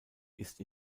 ist